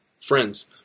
friends